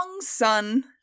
sun